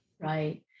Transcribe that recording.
Right